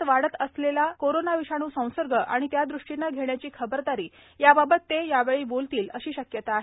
राज्यात वाढत चाललेला कोरोना विषाणू संसर्ग आणि त्या दृष्टीनं घेण्याची खबरदारी याबाबत मुख्यमंत्री यावेळी बोलतील अशी शक्यता आहे